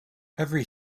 every